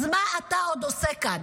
אז מה אתה עוד עושה כאן?